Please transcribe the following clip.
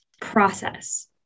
process